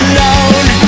Alone